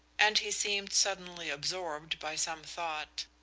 and he seemed suddenly absorbed by some thought.